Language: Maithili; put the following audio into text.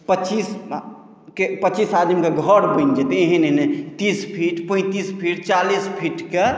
पचीस पचीस आदमीके घर बनि जेतै एहन एहन तीस फ़ीट पैंतीस फिट चालीस फिटके